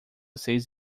seis